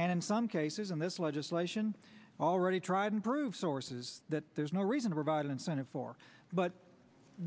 and in some cases in this legislation already tried and true sources that there's no reason to revive an incentive for but